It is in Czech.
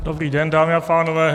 Dobrý den, dámy a pánové.